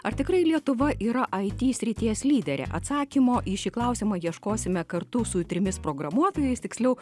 ar tikrai lietuva yra it srities lyderė atsakymo į šį klausimą ieškosime kartu su trimis programuotojais tiksliau